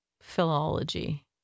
Philology